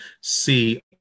see